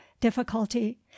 difficulty